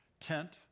tent